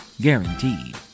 Guaranteed